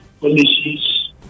policies